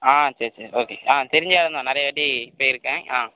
ஆ சரி சரி ஓகே ஆ தெரிஞ்ச இடம் தான் நிறைய வாட்டி போயிருக்கேன் ஆ